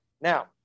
now